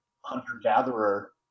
hunter-gatherer